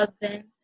events